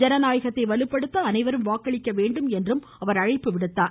ஜனநாயகத்தை வலுப்படுத்த அனைவரும் வாக்களிக்க வேண்டும் என்றும் அவர் அழைப்பு விடுத்தார்